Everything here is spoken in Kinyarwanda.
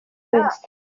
wese